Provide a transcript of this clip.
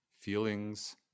feelings